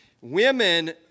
women